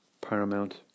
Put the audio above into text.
paramount